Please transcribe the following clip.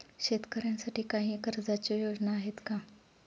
शेतकऱ्यांसाठी काही कर्जाच्या योजना आहेत का?